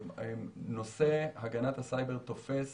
נושא הגנת הסייבר תופס